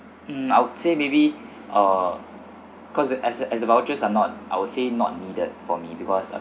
mm I would say maybe uh because the as as the vouchers are not I would say not needed for me because